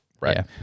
Right